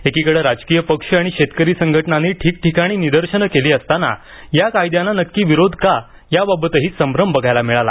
एकीकडे राजकीय पक्ष आणि शेतकरी संघटनांनी ठिकठिकाणी निदर्शनं केली असताना या कायद्यांना नक्की विरोध का याबाबतही संभ्रम बघायला मिळाला